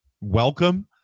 welcome